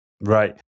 Right